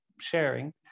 sharing